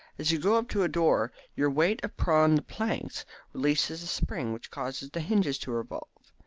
as you go up to a door your weight upon the planks releases a spring which causes the hinges to revolve.